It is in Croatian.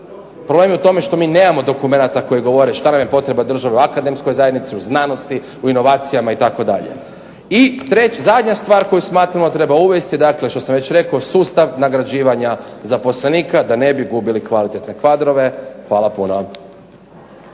Problem je u tome što mi nemamo dokumenata koji govore šta nam je potreba države u akademskoj zajednici, u znanosti, u inovacijama itd. I zadnja stvar koju smatramo da treba uvesti, dakle što sam već rekao sustav nagrađivanja zaposlenika da ne bi gubili kvalitetne kadrove. Hvala puno.